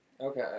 Okay